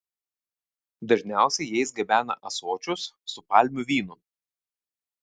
dažniausiai jais gabena ąsočius su palmių vynu